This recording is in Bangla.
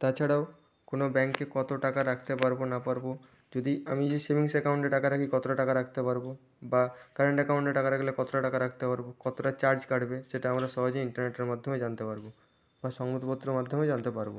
তাছাড়াও কোনো ব্যাংকে কতো টাকা রাখতে পারবো না পারবো যদি আমি যে সেভিংস অ্যাকাউন্টে টাকা রাখি কতোটা টাকা রাখতে পারবো বা কারেন্ট অ্যাকাউন্টে টাকা রাখলে কতোটা টাকা রাখতে পারবো কতোটা চার্জ কাটবে সেটা আমরা সহজে ইন্টারনেটের মাধ্যমে জানতে পারবো বা সংবাদপত্রের মাধ্যমে জানতে পারবো